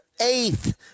eighth